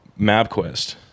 MapQuest